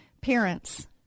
parents